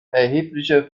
erheblicher